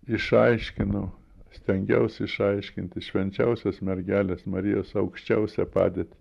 išaiškinau stengiausi išaiškinti švenčiausios mergelės marijos aukščiausią padėtį